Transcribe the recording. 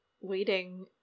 waiting